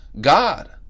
God